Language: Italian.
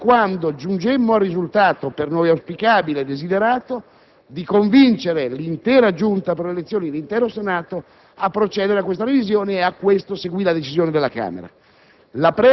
anche quando giungemmo al risultato, per noi auspicabile e desiderato, di convincere l'intera Giunta per le elezioni, l'intero Senato a procedere a questa revisione ed a ciò seguì la decisione della Camera.